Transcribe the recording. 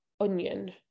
onion